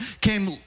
came